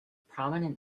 prominent